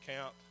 count